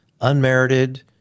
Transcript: unmerited